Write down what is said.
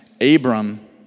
Abram